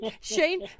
Shane